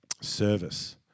Service